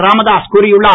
ராமதாஸ் கூறியுள்ளார்